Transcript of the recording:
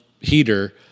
heater